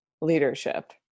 leadership